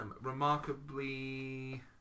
Remarkably